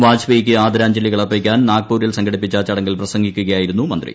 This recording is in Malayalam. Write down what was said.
വാജ്പേയിക്ക് ആദരാഞ്ജലികൾ അർപ്പിക്കാൻ നാഗ്പൂരിൽ സംഘടിപ്പിച്ച ചടങ്ങിൽ പ്രസംഗിക്കുകയായിരുന്നു മന്ത്രി